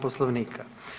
Poslovnika.